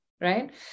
right